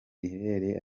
riherereye